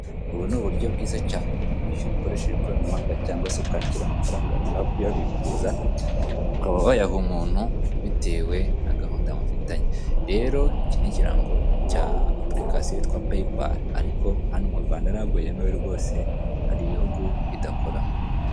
Ubu ni uburyo bwiza cyane bwo kwishyura ukoresheje ikoranabuhanga cyangwa se ukakira amafaranga runaka yabikuza, bikaba wayaha umuntu bitewe na gahunda mufitanye rero iki n'ikirango cya apulikasiyo yitwa paypal ariko hano mu Rwanda ntabwo yemewe rwose hari ibihugu idakoramo.